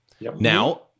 now